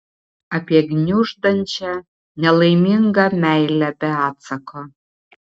apie gniuždančią nelaimingą meilę be atsako